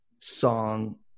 song